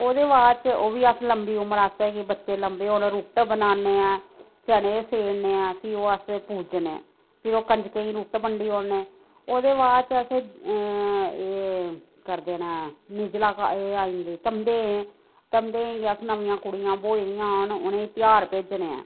ओह्दे बाद च ओह् बी अस लम्बी उमर आस्तै की बच्चे लम्बे होन रुट्ट बनाने ऐं चने सेड़ने ऐं फ्ही ओह् अस पूजने फिर ओह् कंजकें ई रुट्ट बंडी ओड़ने ओह्दे बाद च अस एह् करदे न निर्जला एह् आई धमदेंह धमदेंह गी अस न'म्मियां कुड़ियां ब्होई दियां न उ'नें ई ध्यार भेजने आं